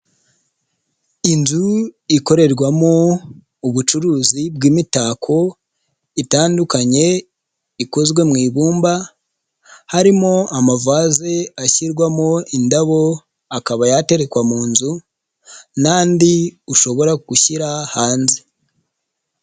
Inzu ikorerwamo ubucuruzi bw'imitako itandukanye ikozwe mu ibumba, harimo amavaze ashyirwamo indabo akaba yaterekwa mu nzu n'andi ushobora gushyira hanze.